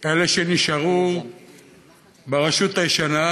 כאלה שנשארו ברשות הישנה,